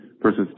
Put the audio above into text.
versus